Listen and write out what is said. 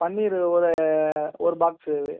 பன்னீர் ஒரு ஒரு பாக்ஸு